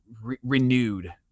renewed